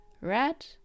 Red